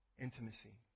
intimacy